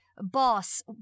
boss